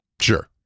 Sure